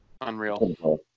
Unreal